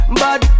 bad